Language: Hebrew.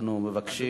אנחנו מבקשים,